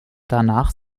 danach